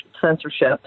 censorship